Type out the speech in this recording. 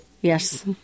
Yes